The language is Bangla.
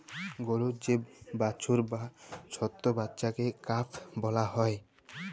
গরুর যে বাছুর বা ছট্ট বাচ্চাকে কাফ ব্যলা হ্যয়